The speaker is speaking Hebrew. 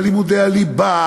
על היעדר לימודי הליבה,